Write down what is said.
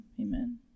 amen